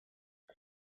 der